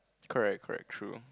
correct correct true